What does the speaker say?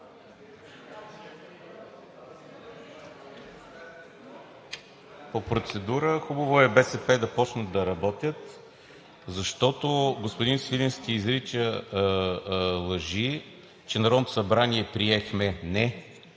По процедура. Хубаво е БСП да започнат да работят, защото господин Свиленски изрича лъжи, че Народното събрание приехме, не